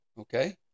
Okay